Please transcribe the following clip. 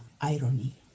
irony